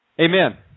Amen